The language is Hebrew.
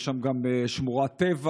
יש שם גם שמורת טבע,